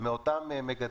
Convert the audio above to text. פה ומדברים